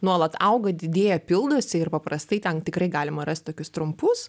nuolat auga didėja pildosi ir paprastai ten tikrai galima rast tokius trumpus